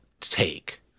take